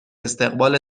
استقبال